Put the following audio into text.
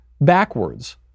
backwards